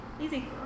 easy